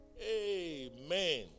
Amen